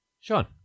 Sean